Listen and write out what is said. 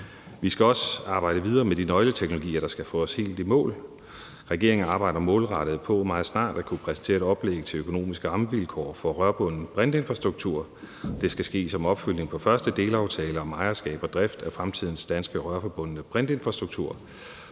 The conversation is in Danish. Vi skal også arbejde videre med de nøgleteknologier, der skal få os helt i mål. Regeringen arbejder målrettet på meget snart at kunne præsentere et oplæg til økonomiske rammevilkår for rørforbundet brintinfrastruktur, og det skal ske som opfølgning på første delaftale om ejerskab og drift af fremtidens danske rørforbundne brintinfrastruktur.